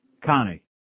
Connie